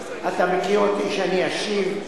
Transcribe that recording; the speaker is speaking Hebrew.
אתה מכיר אותי שאני אשיב,